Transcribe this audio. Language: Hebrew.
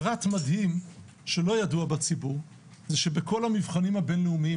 פרט מדהים שלא ידעו בציבור זה שבכל המבחנים הבינלאומיים